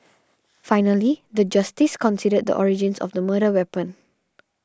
finally the justice considered the origins of the murder weapon